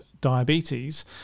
diabetes